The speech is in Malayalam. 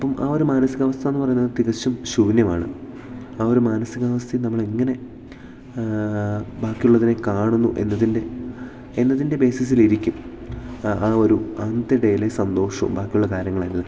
അപ്പം ആ ഒരു മാനസികാവസ്ഥ എന്ന് പറയുന്നത് തികച്ചും ശൂന്യമാണ് ആ ഒരു മാനസികാവസ്ഥയും നമ്മളെങ്ങനെ ബാക്കിയുള്ളതിനെ കാണുന്നു എന്നതിൻ്റെ എന്നതിൻ്റെ ബേസിസിലിരിയ്കും ഒരു അന്നത്തെ ഡേയിലെ സന്തോഷവും ബാക്കിയുള്ള കാര്യങ്ങളൾ എല്ലാം